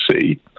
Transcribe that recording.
see